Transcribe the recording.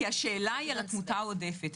כי השאלה היא על התמותה העודפת,